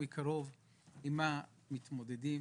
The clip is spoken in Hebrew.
עם מה מתמודדים